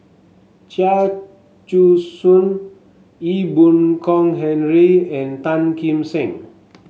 Chia Choo Suan Ee Boon Kong Henry and Tan Kim Seng